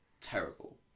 terrible